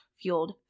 fueled